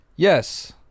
Yes